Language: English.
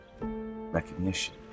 recognition